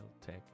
tech